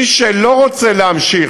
מי שלא רוצה להמשיך,